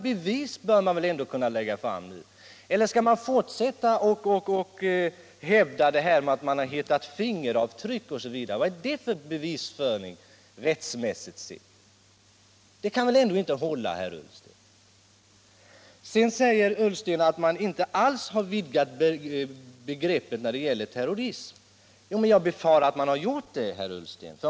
Man bör väl ändå kunna lägga fram konkreta bevis, eller skall man fortsätta att hävda att man hittat fingeravtryck osv.? Vad är det för be terrorism visföring rättsmässigt sett? Det kan väl ändå inte hålla, herr Ullsten. Sedan sade herr Ullsten att man inte alls har vidgat begreppet terrorism. Men jag befarar att man i själva verket har gjort detta, herr Ullsten.